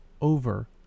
over